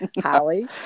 Holly